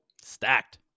stacked